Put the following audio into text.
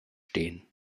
stehen